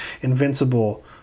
Invincible